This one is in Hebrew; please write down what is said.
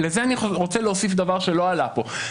לזה אני רוצה להוסיף דבר שלא עלה כאן.